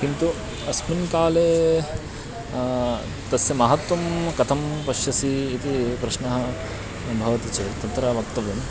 किन्तु अस्मिन् काले तस्य महत्वं कथं पश्यसि इति प्रश्नः भवति चेत् तत्र वक्तव्यम्